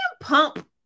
pump